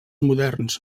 moderns